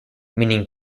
meaning